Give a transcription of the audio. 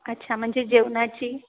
अच्छा म्हणजे जेवणाची